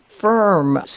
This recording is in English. firm